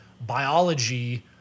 biology